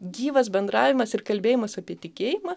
gyvas bendravimas ir kalbėjimas apie tikėjimą